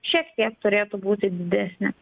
šiek tiek turėtų būti didesnė